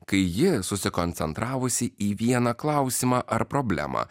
kai ji susikoncentravusi į vieną klausimą ar problemą